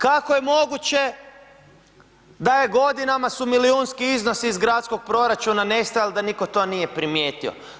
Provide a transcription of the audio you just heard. Kako je moguće da je godinama su milijunski iznosi iz gradskog proračuna nestajao da niko to nije primijetio?